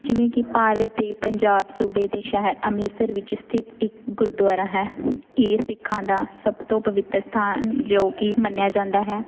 ਜਿਵੇਂ ਕਿ ਭਾਰਤ ਦੇ ਪੰਜਾਬ ਸੂਬੇ ਦੇ ਸ਼ਹਿਰ ਅੰਮ੍ਰਿਤਸਰ ਵਿੱਚ ਸਥਿਤ ਇੱਕ ਗੁਰਦੁਆਰਾ ਹੈ ਇਹ ਸਿੱਖਾਂ ਦਾ ਸਭ ਤੋਂ ਪਵਿੱਤਰ ਅਸਥਾਨ ਜੋ ਕਿ ਮੰਨਿਆ ਜਾਂਦਾ ਹੈ